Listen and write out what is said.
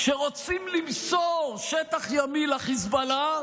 כשרוצים למסור שטח ימי לחיזבאללה,